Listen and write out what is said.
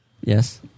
Yes